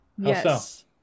Yes